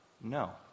No